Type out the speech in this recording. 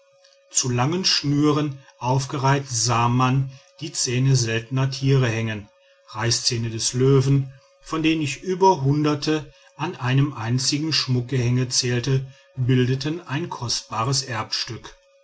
zu langen schnüren aufgereiht sah man die zähne seltener tiere hängen reißzähne des löwen von denen ich über hundert an einem einzigen schmuckgehänge zählte bildeten ein kostbares erbstück